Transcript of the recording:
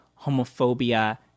homophobia